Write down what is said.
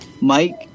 Mike